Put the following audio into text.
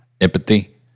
empathy